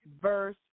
verse